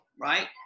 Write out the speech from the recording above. right